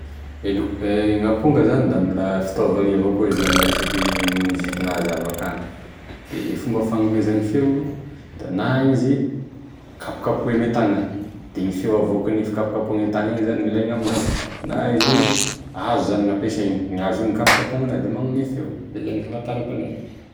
E loka- gne amponga zany da mbola fitaovany avakoa izy io ame resaky moziky na zavakanto, de e fomba fanomezagny feo da na izy kapokapoy ame tagna de igny feo avokinigny fikapokahy ame tagna igny aminazy gn'alay aminazy na izy io hazo gnampesay ,da igny hazo igny gnikapokapoanazy da magnome feo, izay zany e fahafantarako enazy.